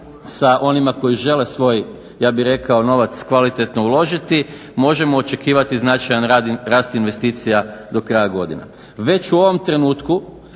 sa onima koji žele svoj ja bih rekao novac kvalitetno uložiti možemo očekivati značajan rast investicija do kraja godine. Već u ovom trenutku,